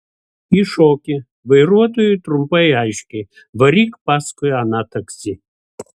įšoki vairuotojui trumpai aiškiai varyk paskui aną taksi